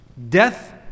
Death